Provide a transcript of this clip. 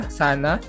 sana